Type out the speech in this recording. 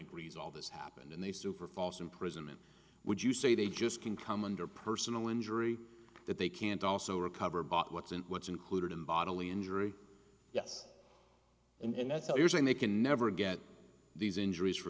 agrees all this happened and they sue for false imprisonment would you say they just can come under personal injury that they can't also recover bought what's in what's included in bodily injury yes and that's all you're saying they can never get these injuries for